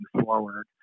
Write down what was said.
forward